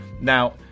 Now